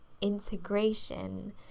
integration